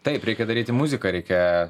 taip reikia daryti muziką reikia